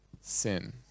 sin